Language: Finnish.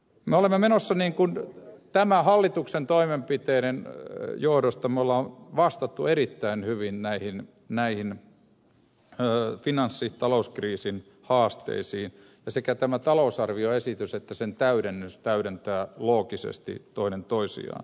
me olemme menossa niin kun tämän hallituksen toimenpiteiden johdosta me olemme vastanneet erittäin hyvin näihin talouskriisin haasteisiin ja sekä tämä talousarvioesitys että sen täydennys täydentävät loogisesti toinen toisiaan